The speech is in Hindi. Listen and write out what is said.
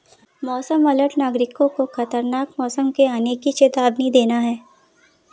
मौसम अलर्ट नागरिकों को खतरनाक मौसम के आने की चेतावनी देना है